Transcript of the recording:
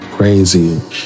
crazy